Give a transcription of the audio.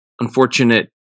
unfortunate